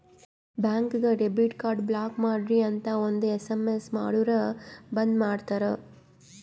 ಬ್ಯಾಂಕ್ಗ debit card block ಮಾಡ್ರಿ ಅಂತ್ ಒಂದ್ ಎಸ್.ಎಮ್.ಎಸ್ ಮಾಡುರ್ ಬಂದ್ ಮಾಡ್ತಾರ